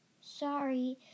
Sorry